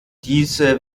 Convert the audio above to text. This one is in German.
diese